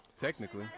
Technically